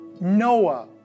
Noah